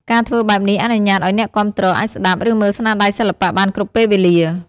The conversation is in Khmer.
ការធ្វើបែបនេះអនុញ្ញាតឲ្យអ្នកគាំទ្រអាចស្ដាប់ ឬមើលស្នាដៃសិល្បៈបានគ្រប់ពេលវេលា។